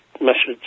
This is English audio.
message